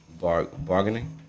Bargaining